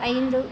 ஐந்து